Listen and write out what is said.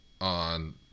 on